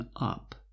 up